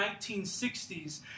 1960s